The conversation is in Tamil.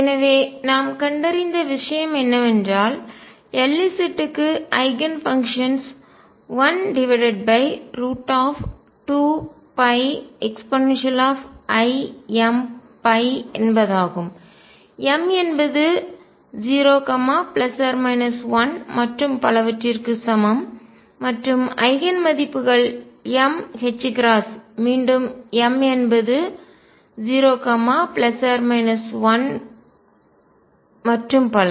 எனவே நாம் கண்டறிந்த விஷயம் என்னவென்றால் Lz க்கு ஐகன் ஃபங்க்ஷன்ஸ் 12πeimϕ என்பதாகும் m என்பது 0 1 மற்றும் பலவற்றிற்கு சமம் மற்றும் ஐகன் மதிப்புகள் m மீண்டும் m என்பது 0 1 சமம் மற்றும் பல